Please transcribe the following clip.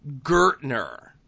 Gertner